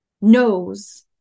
knows